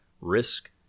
risk